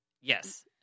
Yes